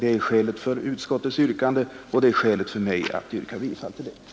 Det är också skälet för mig när jag yrkar bifall till utskottets hemställan.